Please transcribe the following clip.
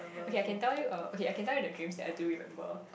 okay I can tell you uh okay I can tell you the dreams that I do remember